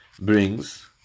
brings